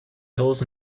hills